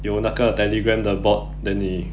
有那个 Telegram 的 bot then 你